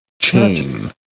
Chain